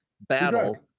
Battle